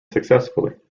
successfully